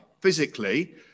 physically